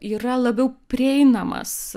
yra labiau prieinamas